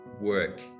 work